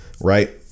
right